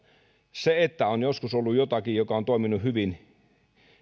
kun on joskus ollut jotakin joka on toiminut hyvin